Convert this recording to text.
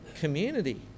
community